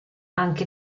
anche